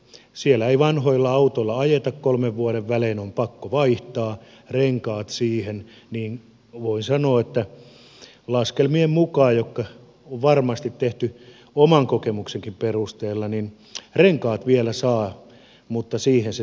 siellä ei vanhoilla autoilla ajeta kolmen vuoden välein on pakko vaihtaa ja renkaat siihen niin että voin sanoa että laskelmien mukaan jotka on varmasti tehty oman kokemuksenkin perusteella renkaat vielä saa mutta siihen se sitten jää